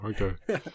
okay